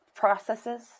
processes